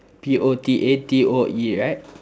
P O T A T O E right